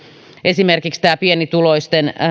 esimerkiksi tämä pienituloisten